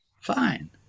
Fine